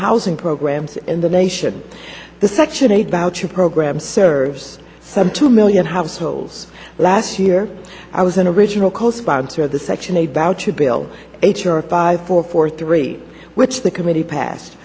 housing programs in the nation the section eight voucher program serves some two million households last year i was an original co sponsor of the section eight voucher bill h r five four four three which the committee pass